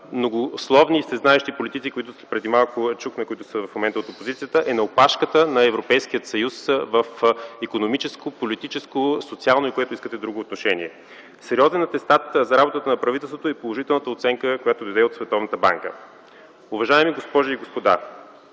многословни и всезнаещи политици, които допреди малко чухме, които са в момента от опозицията, е на опашката на Европейския съюз в икономическо, политическо, социално и което искате друго отношение. Сериозен атестат за работата на правителството е положителната оценка, която дойде от Световната банка. Уважаеми госпожи и господа,